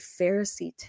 Pharisee